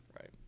right